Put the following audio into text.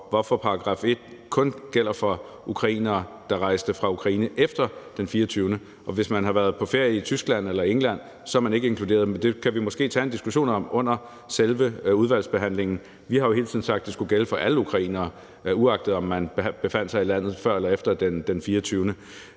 hvorfor § 1 kun gælder for ukrainere, der rejste fra Ukraine efter den 24. februar, og hvis man har været på ferie i Tyskland eller England, er man ikke inkluderet. Men det kan vi måske tage en diskussion om under selve udvalgsbehandlingen. Vi har jo hele tiden sagt, at det skulle gælde for alle ukrainere, uagtet om man befandt sig i landet før eller efter den 24.